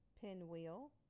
pinwheel